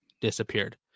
disappeared